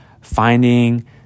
finding